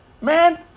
man